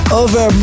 over